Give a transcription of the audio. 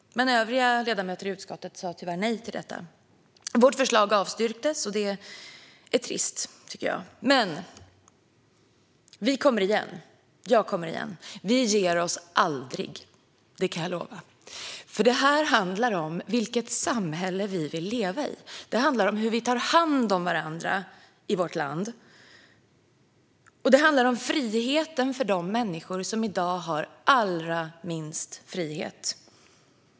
Men övriga ledamöter i utskottet sa tyvärr nej till detta. Vårt förslag avstyrkes, och det är trist. Men vi kommer igen, och jag kommer igen. Vi ger oss aldrig. Det kan jag lova. Det handlar om vilket samhälle vi vill leva i. Det handlar om hur vi tar hand om varandra i vårt land. Det handlar om friheten för de människor som i dag har allra minst frihet.